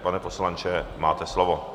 Pane poslanče, máte slovo.